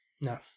No